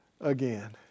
again